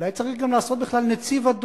אולי צריך גם לעשות בכלל נציב,